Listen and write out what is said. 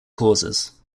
causes